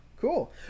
cool